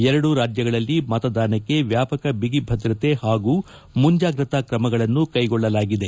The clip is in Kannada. ಎರಡೂ ರಾಜ್ಯಗಳಲ್ಲಿ ಮತದಾನಕ್ಕೆ ವ್ಯಾಪಕ ಬಿಗಿ ಭದ್ರತೆ ಹಾಗೂ ಮುಂಜಾಗ್ರತಾ ಕ್ರಮಗಳನ್ನು ಕೈಗೊಳ್ಳಲಾಗಿದೆ